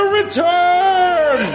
return